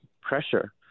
pressure